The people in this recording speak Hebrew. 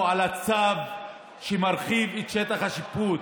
על הצו שמרחיב את שטח השיפוט